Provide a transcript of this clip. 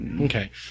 Okay